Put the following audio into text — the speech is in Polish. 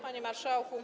Panie Marszałku!